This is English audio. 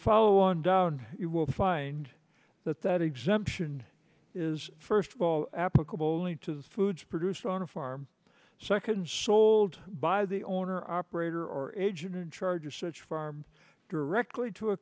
follow on down you will find that that exemption is first of all applicable only to the foods produced on a farm seconds sold by the owner operator or agent in charge of such farm directly to a